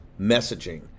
messaging